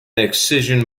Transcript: excision